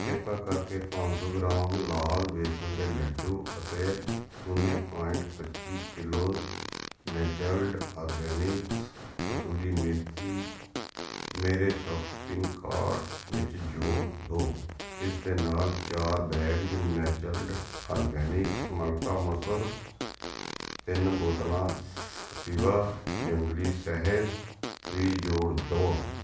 ਕ੍ਰਿਪਾ ਕਰਕੇ ਪੰਜ ਸੌ ਗ੍ਰਾਮ ਲਾਲ ਬੇਸਨ ਦੇ ਲੱਡੂ ਅਤੇ ਉੱਨੀ ਪੁਆਇੰਟ ਪੱਚੀ kilos Natureland organics kasuri methi ਮੇਰੇ ਸ਼ੋਪਿੰਗ ਕਾਰਟ ਵਿੱਚ ਜੋੜ ਦਿਉ ਇਸ ਦੇ ਨਾਲ ਚਾਰ ਬੈਗਜ਼ ਨੈਚਰਲਡ ਆਰਗੈਨਿਕਸ ਮਲਕਾ ਮਸਰ ਤਿੰਨ ਬੋਤਲਾਂ ਕਪਿਵਾ ਜੰਗਲੀ ਸ਼ਹਿਦ ਵੀ ਜੋੜ ਦਿਉ